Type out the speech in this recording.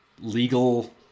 legal